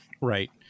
Right